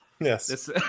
Yes